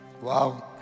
Wow